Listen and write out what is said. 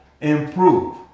improve